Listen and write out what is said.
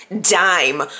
dime